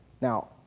Now